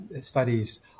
studies